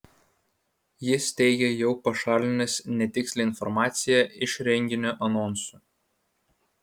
jis teigė jau pašalinęs netikslią informaciją iš renginio anonsų